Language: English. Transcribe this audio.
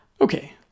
Okay